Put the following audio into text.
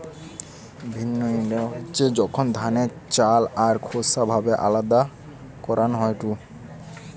ভিন্নউইং হচ্ছে যখন ধানকে চাল আর খোসা ভাবে আলদা করান হইছু